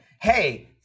hey